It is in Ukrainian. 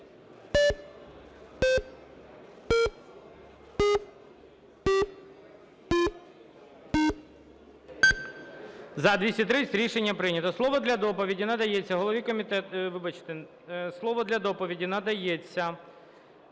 За-246 Рішення прийнято. Слово для доповіді надається